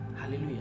hallelujah